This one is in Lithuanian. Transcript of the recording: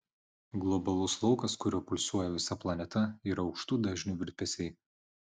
globalus laukas kuriuo pulsuoja visa planeta yra aukštų dažnių virpesiai